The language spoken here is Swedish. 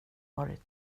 varit